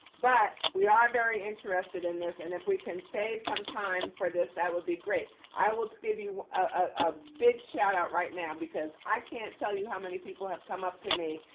but we are very interested in this. and if we can save some time for this, that would be great. i will give you a big shout out right now because i can't tell you how many people have come up to me,